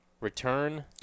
Return